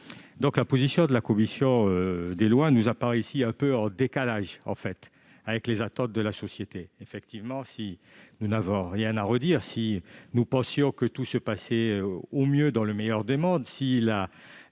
La position de la commission des lois nous apparaît ici un peu en décalage avec les attentes de la société. Si nous n'avions rien à redire, si nous pensions que tout se passait pour le mieux dans le meilleur des mondes, si la